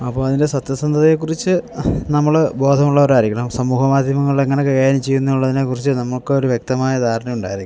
അപ്പോൾ അതിൻ്റെ സത്യസന്ധതയെക്കുറിച്ച് നമ്മൾ ബോധമുള്ളവരായിരിക്കണം സമൂഹ മാധ്യമങ്ങളിൾ എങ്ങനെ കൈകാര്യം ചെയ്യുന്നു എന്നുള്ളതിനെക്കുറിച്ച് നമുക്കൊരു വ്യക്തമായ ധാരണയുണ്ടായിരിക്കണം